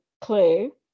clue